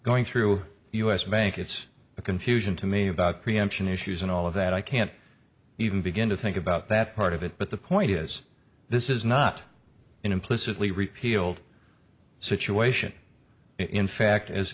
going through the u s bank it's a confusion to me about preemption issues and all of that i can't even begin to think about that part of it but the point is this is not implicitly repealed situation in fact as